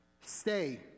Stay